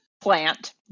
plant